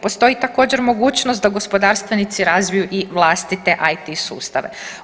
Postoji također mogućnost da gospodarstvenici razviju i vlastite IT sustave.